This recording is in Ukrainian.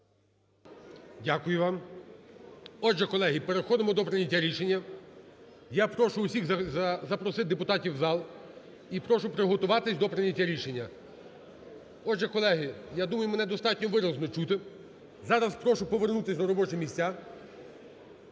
Дякую вам. Отже, колеги, переходимо до прийняття рішення. Я прошу всіх запросити депутатів в зал. І прошу приготуватись до прийняття рішення. Отже, колеги, я думаю, мене достатньо виразно чути. Зараз прошу повернутись на робочі місця.